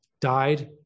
died